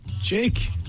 Jake